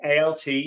ALT